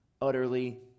utterly